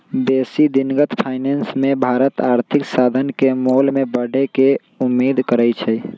बेशी दिनगत फाइनेंस मे भारत आर्थिक साधन के मोल में बढ़े के उम्मेद करइ छइ